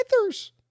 Panthers